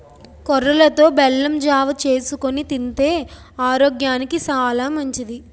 కొర్రలతో బెల్లం జావ చేసుకొని తింతే ఆరోగ్యానికి సాలా మంచిది